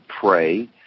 pray